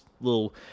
little